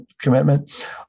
commitment